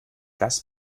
das